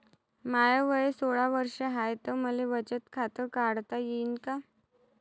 माय वय सोळा वर्ष हाय त मले बचत खात काढता येईन का?